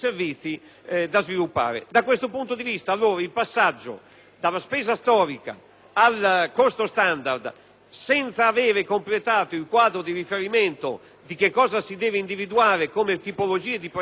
al costo standard senza aver completato il quadro di riferimento di che cosa si deve individuare come tipologia di prestazioni, come vanno apprezzate e quantificate non dà assolutamente garanzia.